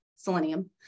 selenium